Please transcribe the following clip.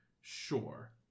sure